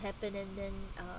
happen and then uh